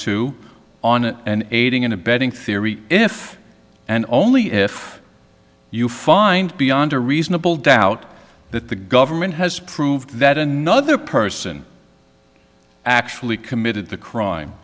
two on an aiding and abetting theory if and only if you find beyond a reasonable doubt that the government has proved that another person actually committed the crime